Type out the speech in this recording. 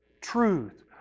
truth